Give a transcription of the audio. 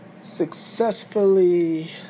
successfully